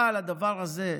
אבל בדבר הזה,